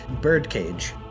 Birdcage